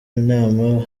inama